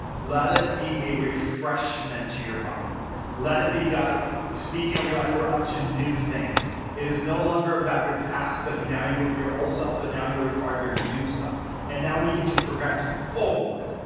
let it be a refreshment to your body let it be god speaking over your life we're up to new things it is no longer about your past but you now you your old self but now you're a part of your new self and now we get to progress forward